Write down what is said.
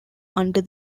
under